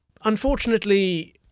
unfortunately